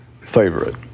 favorite